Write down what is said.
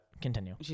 continue